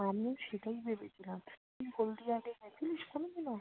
আমিও সেটাই ভেবেছিলাম তুই হলদিয়াতে গেছিলিস কোনো দিনও